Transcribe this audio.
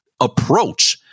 approach